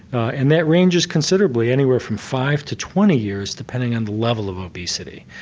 and that range is considerably anywhere from five to twenty years depending on the level of obesity.